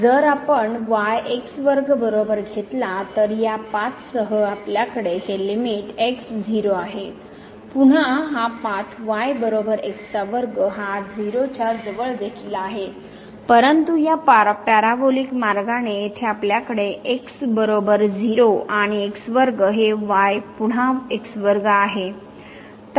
जर आपण y x वर्ग बरोबर घेतला तर या पाथ सह आपल्याकडे हे लिमिट x 0आहे पुन्हा हा पाथ y बरोबर x चा वर्ग हा 0 च्या जवळ देखील आहे परंतु या पॅराबोलिक मार्गाने येथे आपल्याकडे x बरोबर 0 आणि x वर्ग हे y पुन्हा x वर्ग आहे